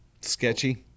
Sketchy